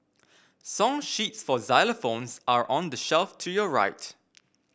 song sheets for xylophones are on the shelf to your right